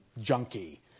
junkie